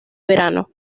verano